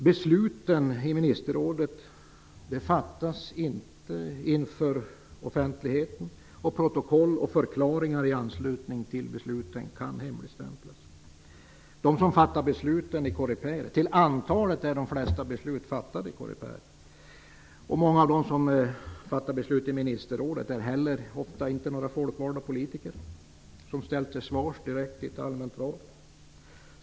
Besluten i ministerrådet fattas inte inför offentligheten. Protokoll och förklaringar i anslutning till besluten kan hemligstämplas. Flertalet beslut fattas i Coreper. Många av dem som fattar beslut i ministerrådet är ofta inte heller folkvalda politiker som ställs till svars inför folket direkt i allmänna val.